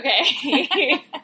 okay